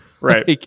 right